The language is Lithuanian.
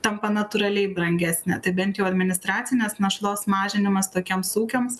tampa natūraliai brangesnė tai bent jau administracinės naštos mažinimas tokiems ūkiams